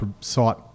site